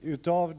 Herr talman!